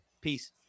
peace